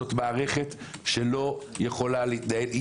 זאת מערכת שלא יכולה להתנהל כך,